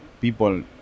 people